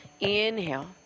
Inhale